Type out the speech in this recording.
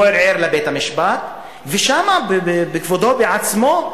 הוא ערער לבית-המשפט, ושם, בכבודו ובעצמו,